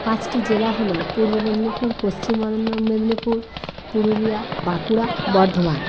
পাঁচটি জেলা হলো পূর্ব মেদিনীপুর পশ্চিম মেদিনীপুর পুরুলিয়া বাঁকুড়া বর্ধমান